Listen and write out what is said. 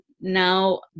now